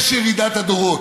יש ירידת הדורות.